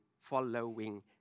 following